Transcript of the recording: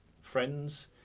friends